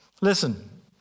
listen